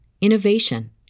innovation